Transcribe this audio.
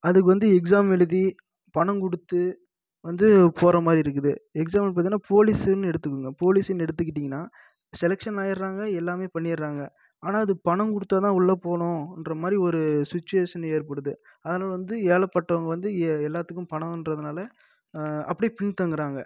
அதுக்கு வந்து எக்ஸாம் எழுதி பணம் கொடுத்து வந்து போகிற மாதிரி இருக்குது எக்ஸாம்பில் பார்த்தீன்னா போலீஸுன்னு எடுத்துக்கோங்க போலீஸுன்னு எடுத்துக்கிட்டிங்கன்னால் செலக்ஷன் ஆகிடுறாங்க எல்லாமே பண்ணிடுறாங்க ஆனால் அது பணம் கொடுத்தா தான் உள்ளே போகணும் என்ற மாதிரி ஒரு சுச்சுவேஷன் ஏற்படுது அதனால வந்து ஏழைப்பட்டவங்க வந்து எ எல்லாத்துக்கும் பணன்றதுனால அப்படியே பின் தங்குகிறாங்க